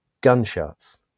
gunshots